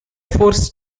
force